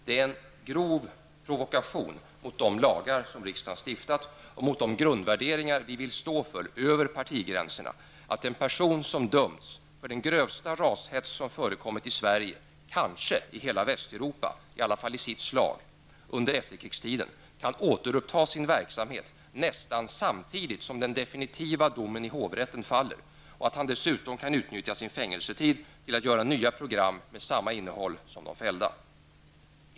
Det är en grov provokation mot de lagar riksdagen stiftat och mot de grundvärderingar vi vill stå för över partigränserna, att en person som dömts för den grövsta rashets som förekommit i Sverige, kanske i sitt slag i hela Västeuropa, under efterkrigstiden, kan återuppta sin verksamhet nästan samtidigt som den definitiva domen i hovrätten faller och att han dessutom kan utnyttja sin fängelsetid till att göra nya program med samma innehåll som de fällda.